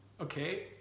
okay